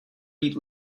být